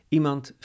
Iemand